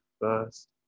first